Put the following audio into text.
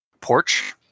porch